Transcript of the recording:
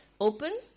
open